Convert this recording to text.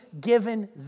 given